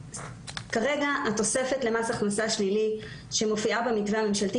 כרגע התוספת למס הכנסה שלילי שמופיעה במתווה הממשלתי